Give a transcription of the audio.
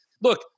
Look